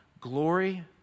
glory